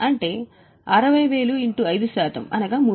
అంటే 60000 x 5 శాతంగా అనగా 3000